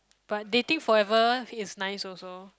but dating forever is nice also